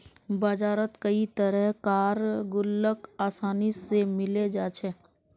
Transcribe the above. बजारत कई तरह कार गुल्लक आसानी से मिले जा छे